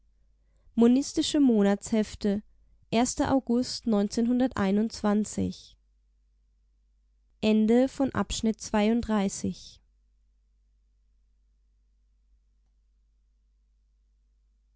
monistische monatshefte august